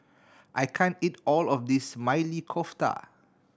I can't eat all of this Maili Kofta